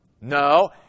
No